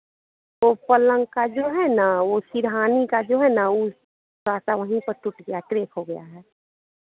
वो पलंग का जो है न वो सिरहानी का जो है ना वो थोड़ा सा वहीं पर टूट गया क्रैक हो गया है